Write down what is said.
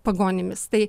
pagonimis tai